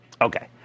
Okay